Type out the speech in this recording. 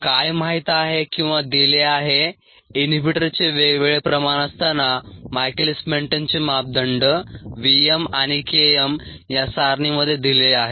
काय माहीत आहे किंवा दिले आहे इनहिबीटरचे वेगवेगळे प्रमाण असताना मायकेलिस मेंटेनचे मापदंड V m आणि K m या सारणीमध्ये दिले आहेत